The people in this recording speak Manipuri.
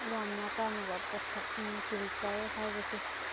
ꯌꯥꯝꯅ ꯀꯥꯟꯅꯕ ꯄꯣꯠꯁꯛꯅꯤ ꯄ꯭ꯔꯤꯟꯇꯔ ꯍꯥꯏꯕꯁꯦ